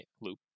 loop